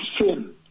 sin